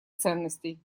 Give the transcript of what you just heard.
ценностей